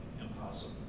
impossible